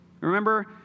Remember